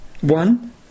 One